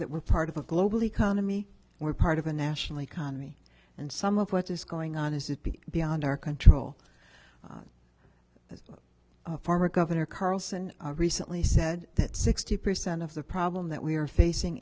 that we're part of a global economy we're part of a national economy and some of what is going on is it be beyond our control former governor carlson recently said that sixty percent of the problem that we are facing